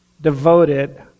devoted